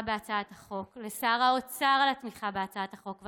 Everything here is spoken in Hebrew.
בהצעת החוק ולשר האוצר על התמיכה בהצעת החוק,